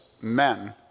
men